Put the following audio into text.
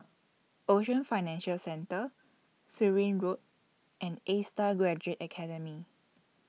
Ocean Financial Centre Surin Road and A STAR Graduate Academy